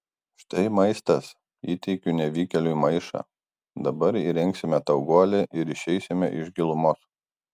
štai maistas įteikiu nevykėliui maišą dabar įrengsime tau guolį ir išeisime iš gilumos